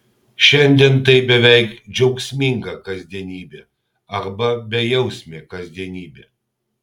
šiandien tai beveik džiaugsminga kasdienybė arba bejausmė kasdienybė